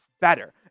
better